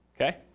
okay